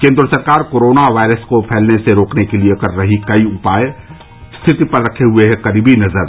केन्द्र सरकार corona virus को फैलने से रोकने के लिए कर रही कई उपाय स्थिति पर रखे हुए है करीबी नजर